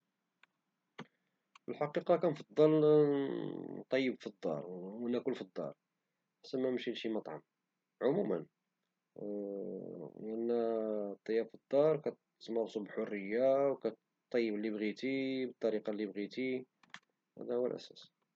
في الحقيقة كنفضل نطيب في الدار وناكل في الدار أحسن منمشي لشي مطعم، عموما لأن الطياب في الدار كتارسو بحرية وكطيب لي بغيتي وبالطريقة لي بغيتي، وهذا هو الأساس.